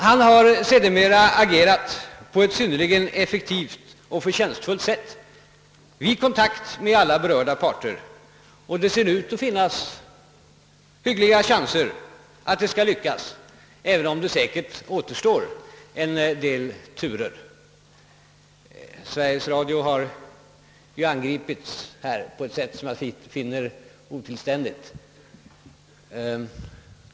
Han har sedermera på ett synnerligen effektivt och förtjänstfullt sätt agerat vid kontakterna med alla berörda parter, och det ser ut att finnas hyggliga chanser att nå en Överenskommelse, även om det säkerligen återstår en del turer. Sveriges Radio har här angripits på ett sätt som jag finner otillständigt.